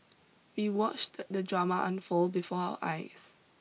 we watched the drama unfold before our eyes